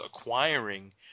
acquiring